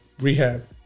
rehab